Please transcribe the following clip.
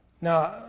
Now